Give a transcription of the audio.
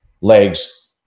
legs